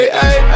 hey